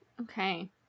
Okay